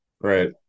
Right